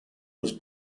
was